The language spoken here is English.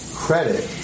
credit